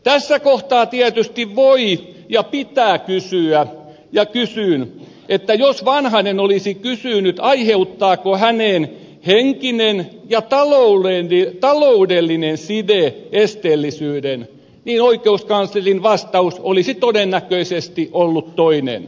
tässä kohtaa tietysti voi ja pitää arvella ja arvelen että jos vanhanen olisi kysynyt aiheuttaako hänen henkinen ja taloudellinen siteensä esteellisyyden niin oikeuskanslerin vastaus olisi todennäköisesti ollut toinen